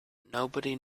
nobody